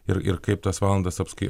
ir ir kaip tas valandas apskai